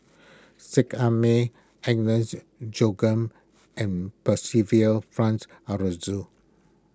Seet Ai Mee Agnes Joaquim and Percival Frank Aroozoo